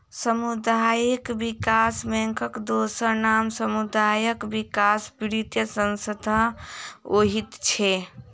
सामुदायिक विकास बैंकक दोसर नाम सामुदायिक विकास वित्तीय संस्थान होइत छै